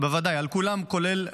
בוודאי, על כולן.